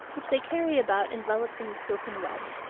which they carry about enveloped in a silken web.